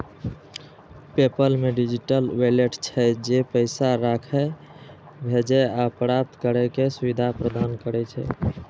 PayPal मे digital wallet छै, जे पैसा राखै, भेजै आ प्राप्त करै के सुविधा प्रदान करै छै